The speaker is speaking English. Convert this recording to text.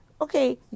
okay